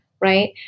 right